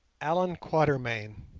allan quatermain,